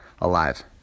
alive